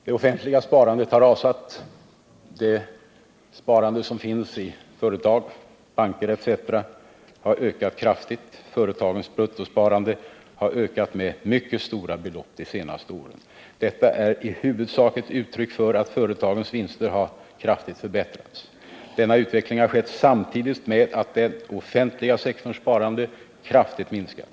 Det offentliga sparandet har rasat medan det sparande som finns i banker, företag etc. har ökat kraftigt. Företagens bruttosparande har ökat med mycket stora belopp under de senaste åren. Detta är huvudsakligen ett uttryck för att företagens vinster kraftigt har förbättrats. Denna utveckling har ägt rum samtidigt med att den offentliga sektorns sparande kraftigt minskat.